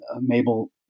Mabel